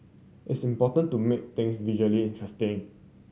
it's important to make things visually interesting